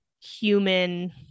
human